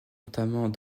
notamment